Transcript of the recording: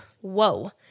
whoa